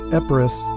Epirus